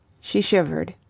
she shivered.